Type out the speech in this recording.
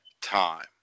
time